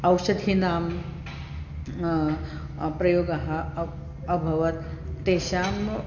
ओषधीनां प्रयोगः अ अभवत् तेषाम्